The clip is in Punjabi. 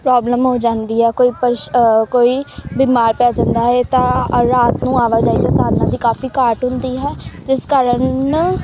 ਪ੍ਰੋਬਲਮ ਹੋ ਜਾਂਦੀ ਹੈ ਕੋਈ ਪ੍ਰੇਸ਼ਾ ਕੋਈ ਬਿਮਾਰ ਪੈ ਜਾਂਦਾ ਹੈ ਤਾਂ ਰਾਤ ਨੂੰ ਆਵਾਜਾਈ ਦੇ ਸਾਧਨਾਂ ਦੀ ਕਾਫ਼ੀ ਘਾਟ ਹੁੰਦੀ ਹੈ ਜਿਸ ਕਾਰਨ